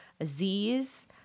Aziz